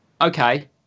okay